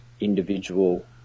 individual